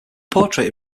portrait